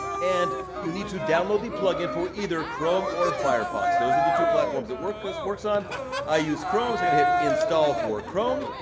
and you need to download the plugin for either chrome or firefox. those are the two platforms that work cause works on i use chrome so i'm gonna hit install for chrome.